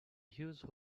huge